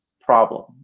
problem